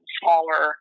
smaller